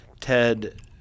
Ted